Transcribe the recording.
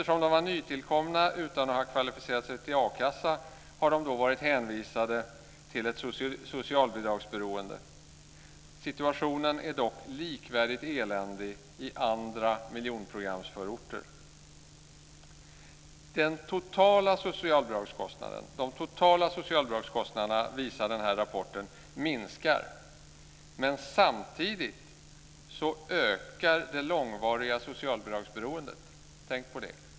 Som nytillkomna som inte kvalificerat sig till a-kassan har de varit hänvisade till ett socialbidragsberoende. Situationen är likvärdigt eländig i andra miljonprogramsförorter. Rapporten visar att de totala socialbidragskostnaderna minskar men samtidigt ökar det långvariga socialbidragsberoendet. Tänk på det!